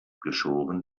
geschoren